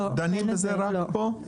דנים בזה רק פה?